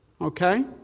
okay